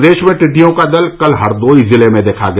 प्रदेश में टिड्डियों का दल कल हरदोई जिले में देखा गया